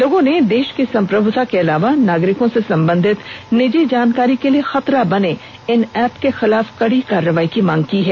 लोगों ने देश की संप्रभुता के अलावा नागरिकों से संबंधित निजी जानकारी के लिए खतरा बने इन ऐप के खिलाफ कड़ी कार्रवाई की मांग की है